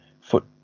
foot